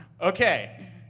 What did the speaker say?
Okay